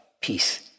peace